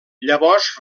llavors